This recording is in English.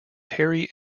terry